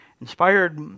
Inspired